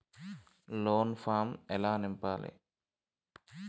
Loan form ఎలా నింపాలి?